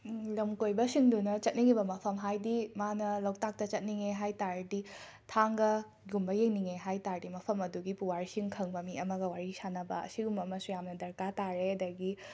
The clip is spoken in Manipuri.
ꯂꯝꯀꯣꯏꯕꯁꯤꯡꯗꯨꯅ ꯆꯠꯅꯤꯡꯉꯤꯕ ꯃꯐꯝ ꯍꯥꯏꯗꯤ ꯃꯥꯅ ꯂꯧꯇꯥꯛꯇ ꯆꯠꯅꯤꯡꯉꯦ ꯍꯥꯏ ꯇꯥꯔꯗꯤ ꯊꯥꯡꯒ ꯒꯨꯝꯕ ꯌꯦꯡꯅꯤꯡꯉꯦ ꯍꯥꯏ ꯇꯥꯔꯗꯤ ꯃꯐꯝ ꯑꯗꯨꯒꯤ ꯄꯨꯋꯥꯔꯤꯁꯤꯡ ꯈꯪꯕ ꯃꯤ ꯑꯃꯒ ꯋꯥꯔꯤ ꯁꯥꯟꯅꯕ ꯑꯁꯤꯒꯨꯝꯕ ꯑꯃꯁꯨ ꯌꯥꯝꯅ ꯗꯔꯀꯥꯔ ꯇꯥꯔꯦ ꯑꯗꯒꯤ